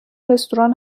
رستوران